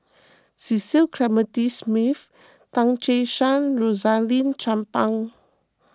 Cecil Clementi Smith Tan Che Sang Rosaline Chan Pang